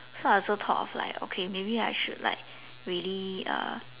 so I also thought of like okay maybe I should like really uh